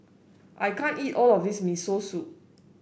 I can't eat all of this Miso Soup